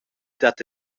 dat